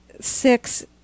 six